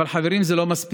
אבל חברים, זה לא מספיק.